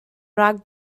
rhag